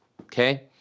Okay